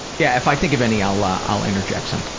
yeah, if i think of any, i'll i'll interject some.